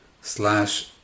slash